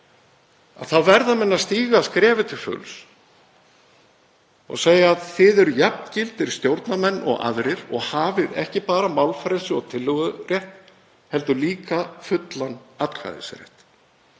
þá verða menn að stíga skrefið til fulls og segja: Þið eruð jafngildir stjórnarmenn og aðrir og hafið ekki bara málfrelsi og tillögurétt heldur líka fullan atkvæðisrétt.